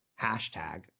hashtag